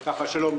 שלום.